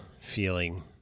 feeling